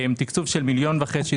תקצוב של 1.5 מיליון שקל,